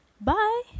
Bye